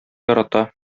ярата